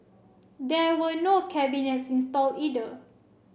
there were no cabinets installed either